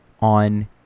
on